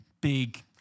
big